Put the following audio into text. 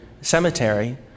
cemetery